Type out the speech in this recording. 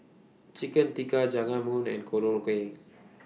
Chicken Tikka Jajangmyeon and Korokke